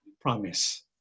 promise